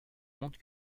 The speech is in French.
montre